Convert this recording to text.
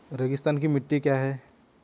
रेगिस्तानी मिट्टी क्या है?